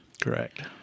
Correct